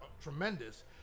tremendous